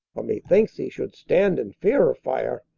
but me thinks he should stand in feare of fire,